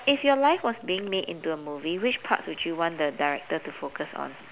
if your life was being made into a movie which parts would you want the director to focus on